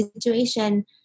situation